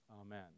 Amen